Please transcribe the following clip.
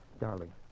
Darling